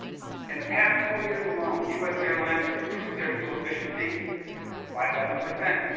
in the past four years alone, u s. airlines have improved their fuel efficiency by eleven percent,